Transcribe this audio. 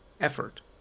effort